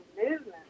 movement